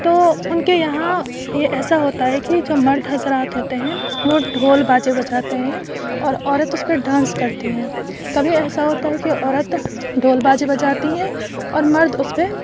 تو ان کے یہاں یہ ایسا ہوتا ہے کہ جو مرد حضرات ہوتے ہیں وہ ڈھول باجے بجاتے ہیں اور عورت اس پہ ڈانس کرتی ہیں کبھی ایسا ہوتا ہے کہ عورت ڈھول باجے بجاتی ہیں اور مرد اس پہ